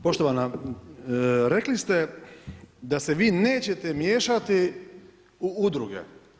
Poštovana, rekli ste da se Vi nećete miješati u Udruge.